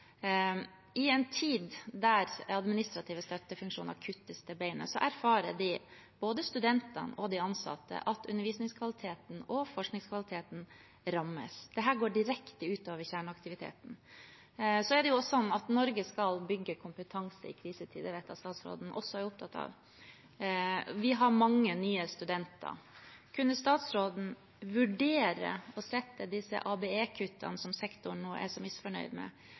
I en tid da administrative støttefunksjoner kuttes til beinet, erfarer både studentene og de ansatte at undervisningskvaliteten og forskningskvaliteten rammes. Dette går direkte ut over kjerneaktiviteten. Så er det sånn at Norge skal bygge kompetanse i krisetider, noe jeg vet statsråden også er opptatt av. Vi har mange nye studenter. Kunne statsråden vurdere å sette disse ABE-kuttene, som sektoren er så misfornøyd med,